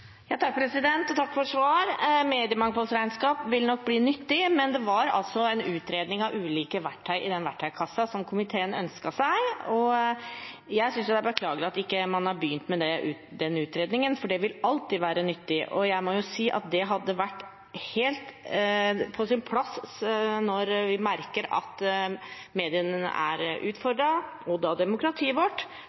Takk for svaret. Et mediemangfoldsregnskap vil nok bli nyttig, men det var en utredning av ulike verktøy i den verktøykassen som komiteen ønsket seg. Jeg synes det er beklagelig at man ikke har begynt på den utredningen, for det vil alltid være nyttig. Det hadde vært helt på sin plass når vi merker at mediene er utfordret, da også demokratiet vårt,